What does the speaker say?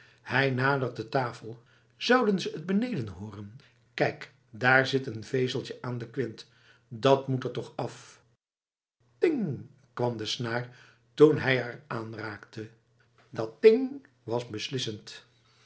hij nadert de tafel zouden ze het beneden hooren kijk daar zit een vezeltje aan de kwint dat moet er toch af ting kwam de snaar toen hij haar aanraakte dat ting was beslissend